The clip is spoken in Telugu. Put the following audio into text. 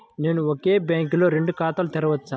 నేను ఒకే బ్యాంకులో రెండు ఖాతాలు తెరవవచ్చా?